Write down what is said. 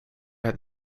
heb